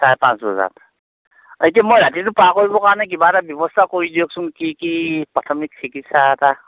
চাৰে পাঁচ বজাত এতিয়া মই ৰাতিটো পাৰ কৰিবৰ কাৰণে কিবা এটা ব্যৱস্থা কৰি দিয়কচোন কি কি প্ৰাথমিক চিকিৎসা এটা